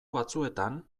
batzuetan